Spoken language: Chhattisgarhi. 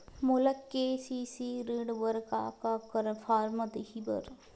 मोला के.सी.सी ऋण बर का का फारम दही बर?